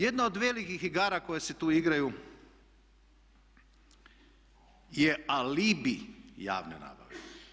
Jedna od velikih igara koje se tu igraju je alibi javne nabave.